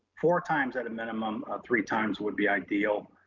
four times at a minimum of three times would be ideal.